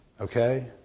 okay